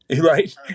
Right